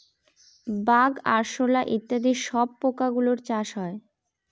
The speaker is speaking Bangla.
বাগ, আরশোলা ইত্যাদি সব পোকা গুলোর চাষ হয়